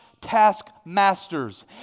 taskmasters